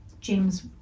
James